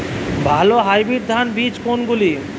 ভালো হাইব্রিড ধান বীজ কোনগুলি?